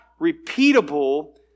repeatable